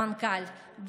המנכ"ל,